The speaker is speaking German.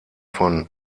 von